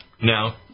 Now